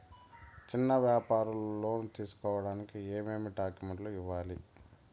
చిన్న వ్యాపారులు లోను తీసుకోడానికి ఏమేమి డాక్యుమెంట్లు ఇవ్వాలి?